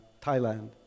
Thailand